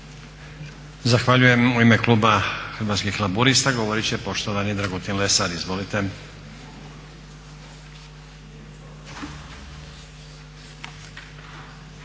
Zahvaljujem. U ime kluba Hrvatskih laburista govorit će poštovani Dragutin Lesar. Izvolite.